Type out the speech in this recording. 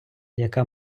яка